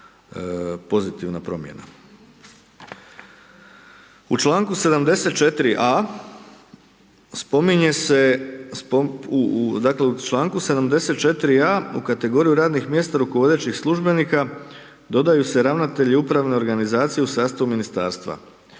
spominje se, u kategoriji radnih mjesta rukovodećih službenika dodaju se ravnatelji upravne organizacije u sastavu ministarstva.